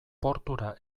portura